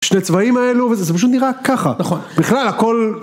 שני צבעים האלו וזה פשוט נראה ככה נכון בכלל הכל